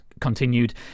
continued